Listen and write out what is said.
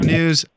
News